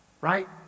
right